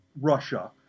Russia